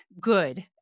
good